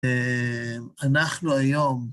אהה אנחנו היום...